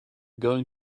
going